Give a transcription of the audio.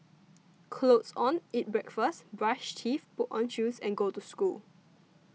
clothes on eat breakfast brush teeth put on shoes and go to school